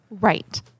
Right